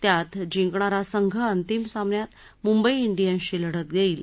त्यात जिंकणारा संघ अंतिम सामन्यात मुंबई डियनशी लढत देईल